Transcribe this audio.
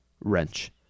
wrench